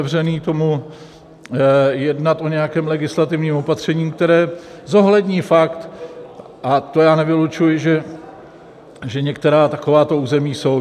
Jsem otevřený tomu, jednat o nějakém legislativním opatření, které zohlední fakt a to já nevylučuji že některá takováto území jsou.